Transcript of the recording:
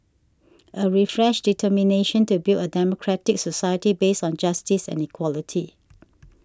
a refreshed determination to build a democratic society based on justice and equality